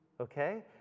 Okay